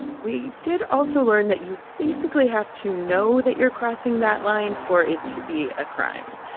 we did also learn that you basically have to know that you're crossing that line for it to be a crime.